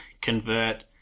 convert